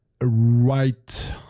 right